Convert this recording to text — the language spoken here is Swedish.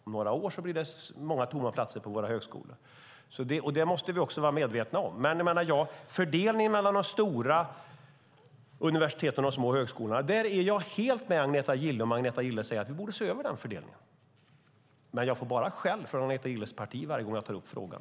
Om några år blir det många tomma platser på våra högskolor. Det måste vi vara medvetna om. När det gäller fördelningen mellan de stora universiteten och de små högskolorna är jag helt med Agneta Gille om hon säger att vi borde se över den. Men jag får bara skäll från Agneta Gilles parti varje gång jag tar upp frågan.